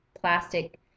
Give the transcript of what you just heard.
plastic